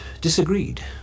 disagreed